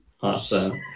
Awesome